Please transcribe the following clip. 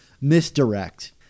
misdirect